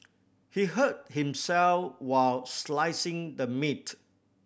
he hurt himself while slicing the meat